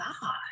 god